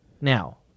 Now